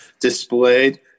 displayed